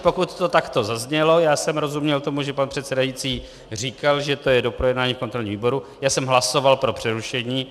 Pokud to takto zaznělo, já jsem rozuměl tomu, že pan předsedající říkal, že to je do projednání v kontrolním výboru, já jsem hlasoval pro přerušení.